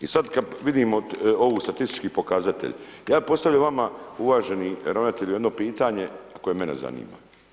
I sad kad vidimo ove statističke pokazatelje, ja postavljam vama uvaženi ravnatelju, jedno pitanje koje mene zanima.